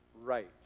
right